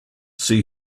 see